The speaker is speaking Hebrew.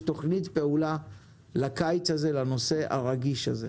תכנית פעולה לקיץ הזה לנושא הרגיש הזה.